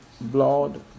blood